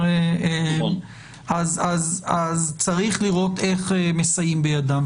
אז צריך לראות איך מסייעים בידם.